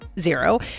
zero